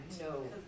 no